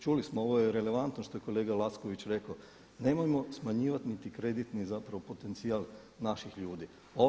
Čuli smo, ovo je relevantno što je kolega Lacković rekao, nemojmo smanjivati niti kreditni zapravo potencijal naših ljudi.